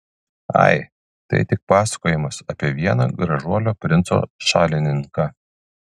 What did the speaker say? ai tai tik pasakojimas apie vieną gražuolio princo šalininką